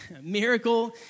Miracle